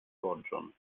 gorĝon